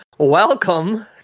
Welcome